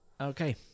Okay